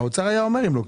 האוצר היה אומר אם לא.